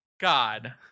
God